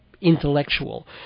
intellectual